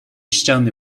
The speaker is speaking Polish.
ściany